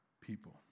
people